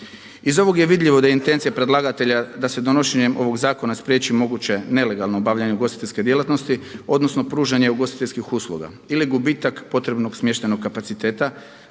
Iz ovog je vidljivo da je intencija predlagatelja da se donošenjem ovog Zakona spriječi moguće nelegalno obavljanje ugostiteljske djelatnosti, odnosno pružanje ugostiteljskih usluga ili gubitak potrebnog smještajnog kapaciteta